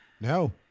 No